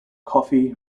coffee